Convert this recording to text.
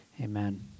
Amen